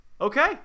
Okay